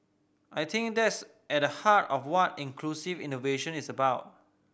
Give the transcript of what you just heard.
I think that's at the heart of what inclusive innovation is about